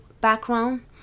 background